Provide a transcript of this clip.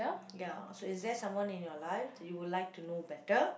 ya so is there someone in your life that you would like to know better